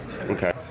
Okay